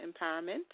empowerment